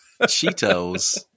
Cheetos